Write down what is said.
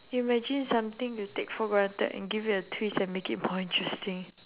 you imagine something you take for granted and give it a twist and make it more interesting